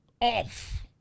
Off